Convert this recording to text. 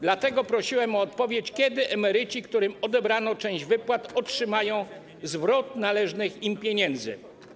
Dlatego prosiłem o odpowiedź, kiedy emeryci, którym odebrano część wypłat, otrzymają zwrot należnych im pieniędzy.